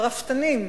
הרפתנים,